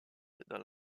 dans